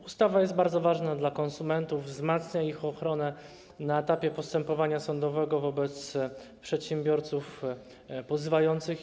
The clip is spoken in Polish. Ustawa jest bardzo ważna dla konsumentów, wzmacnia ich ochronę na etapie postępowania sądowego wobec przedsiębiorców ich pozywających.